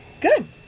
Good